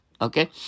Okay